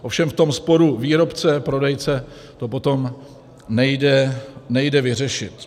Ovšem v tom sporu výrobce prodejce to potom nejde vyřešit.